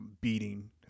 beating